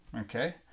Okay